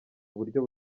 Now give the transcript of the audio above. uburyo